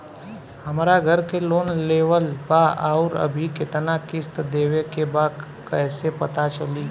हमरा घर के लोन लेवल बा आउर अभी केतना किश्त देवे के बा कैसे पता चली?